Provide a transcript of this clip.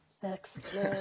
Sex